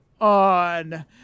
on